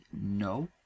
no